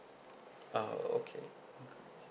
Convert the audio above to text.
uh okay